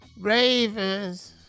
Ravens